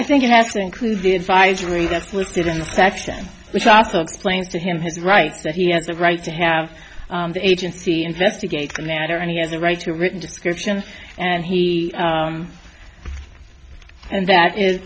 i think it has to include the advisory that's listed in the section which also explains to him his rights that he has the right to have the agency investigate the matter and he has a right to a written description and he and that is